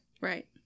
Right